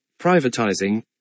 privatizing